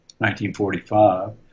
1945